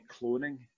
cloning